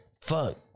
Fuck